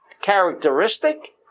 characteristic